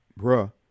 Bruh